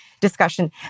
discussion